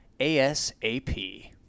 ASAP